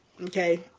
okay